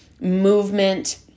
movement